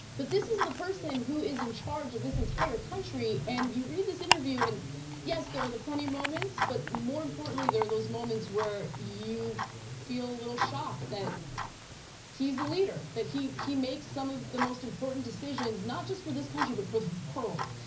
but this is the person who is in charge of this entire country and you read this interview, and yes there are the funny moments, but more importantly there are those moments where you feel a little shocked that he's the leader. that he he makes some of the most important decisions not just for this country but for the world.